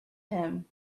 him